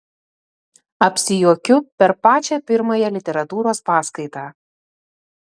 apsijuokiu per pačią pirmąją literatūros paskaitą